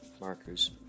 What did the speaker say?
Markers